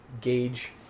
gauge